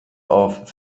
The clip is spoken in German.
auf